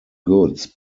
goods